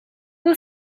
will